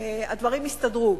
הדברים יסתדרו,